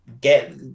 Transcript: get